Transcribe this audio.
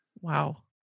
Wow